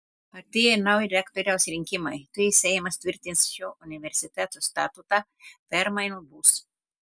artėja naujo rektoriaus rinkimai tuoj seimas tvirtins šio universiteto statutą permainų bus